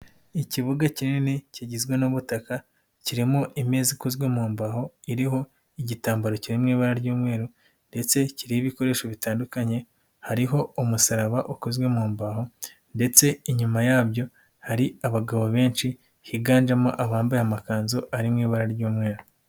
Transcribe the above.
Ikibuga kinini kigizwe n'ubutaka kirimo emeza ikozwe mu mbahoho iriho igitambaro kiri mu ibara ry'umweru ndetse kiriho ibikoresho bitandukanye, hariho umusaraba ukozwe mu mbaho ndetse inyuma yabyo hari abagabo benshi higanjemo abambaye amakanzu ari mu ibara ry'umweru.